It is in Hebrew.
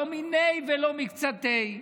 לא מיני ולא מקצתי,